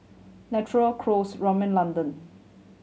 Naturel Kose Rimmel London